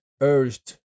urged